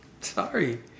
Sorry